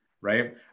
right